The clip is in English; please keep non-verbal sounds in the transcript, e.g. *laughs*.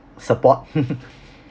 support *laughs*